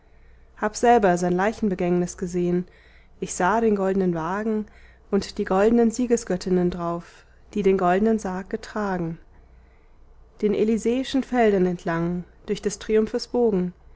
hab selber sein leichenbegängnis gesehn ich sah den goldenen wagen und die goldenen siegesgöttinnen drauf die den goldenen sarg getragen den elysäischen feldern entlang durch des triumphes bogen